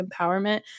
empowerment